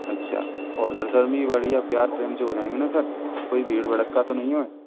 अच्छा और दर्शन भी बढ़िया प्यार प्रेम से हो जाएंगे ना सर कुछ भीड़ भड़का तो नहीं है